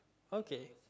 okay